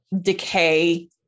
decay